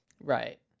right